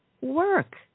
work